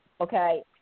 okay